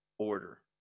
order